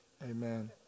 Amen